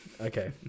Okay